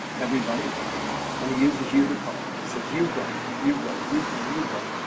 everybody and he uses you to call and he says you go you go you go you go